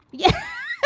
yeah